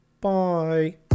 Bye